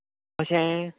अशें